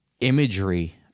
imagery